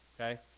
okay